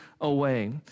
away